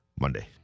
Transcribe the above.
Monday